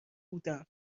بودم